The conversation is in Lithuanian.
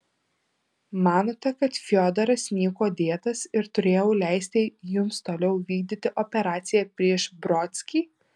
manote kad fiodoras niekuo dėtas ir turėjau leisti jums toliau vykdyti operaciją prieš brodskį